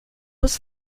was